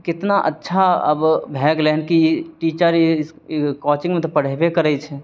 कितना अच्छा अब भए गेलय हन कि टीचर कोचिंगमे तऽ पढ़ेबे करय छै